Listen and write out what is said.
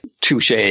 touche